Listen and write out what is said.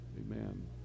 Amen